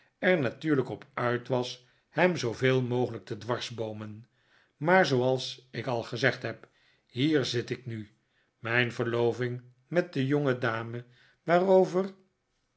er natuurlijk op uit was hem zooveel mogelijk te dwarsboomen maar zooals ik al gezegd heb hier zit ik nu mijn verloving met de jongedame